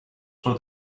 for